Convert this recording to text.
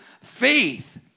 Faith